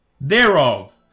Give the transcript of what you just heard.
Thereof